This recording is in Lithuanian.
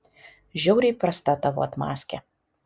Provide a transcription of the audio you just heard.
žiauriai prasta tavo atmazkė